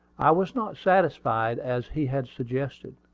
i was not satisfied, as he had suggested.